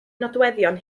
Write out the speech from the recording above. nodweddion